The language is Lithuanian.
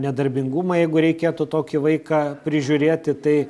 nedarbingumą jeigu reikėtų tokį vaiką prižiūrėti tai